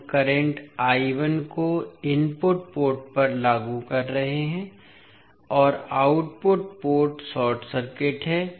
हम करंट को input port पर लागू कर रहे हैं और आउटपुट पोर्ट शार्ट सर्किट है